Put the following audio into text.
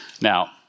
Now